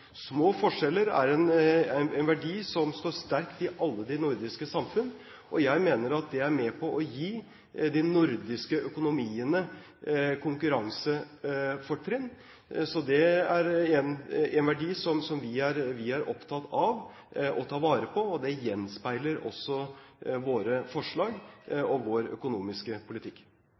Små forskjeller er en verdi som står sterkt i alle de nordiske samfunn, og jeg mener at det er med på å gi de nordiske økonomiene konkurransefortrinn. Så det er igjen en verdi som vi er opptatt av å ta vare på, og det gjenspeiler også våre forslag og vår økonomiske politikk.